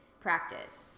practice